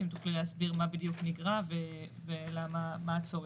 אם תוכלי להסביר מה בדיוק נגרע ומה הצורך.